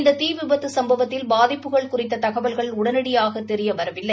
இந்த தீ விபத்து சம்பவத்தின் பாதிப்புகள் குறித்த தகவல்கள் உடனடியாக தெரிய வரவில்லை